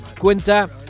Cuenta